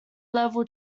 level